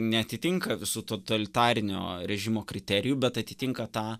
neatitinka visų totalitarinio režimo kriterijų bet atitinka tą